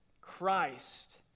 Christ